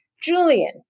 Julian